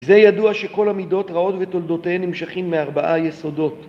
זה ידוע שכל המידות רעות ותולדותיהן נמשכים מארבעה יסודות.